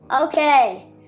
Okay